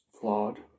flawed